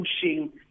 pushing